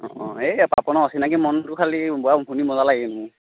অঁ অঁ এই পাপনৰ চিনাকী মনটো খালি গোৱা শুনি মজা লাগিল